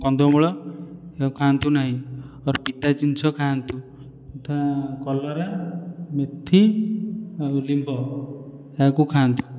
କନ୍ଦମୂଳ ଏହାକୁ ଖାଆନ୍ତୁ ନାହିଁ ଅର୍ ପିତା ଜିନିଷ ଖାଆନ୍ତୁ ଯଥା କଲରା ମେଥି ଆଉ ଲିମ୍ବ ଏହାକୁ ଖାଆନ୍ତୁ